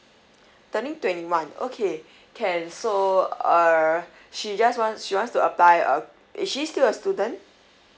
turning twenty one okay can so err she just want she wants to apply a is she still a student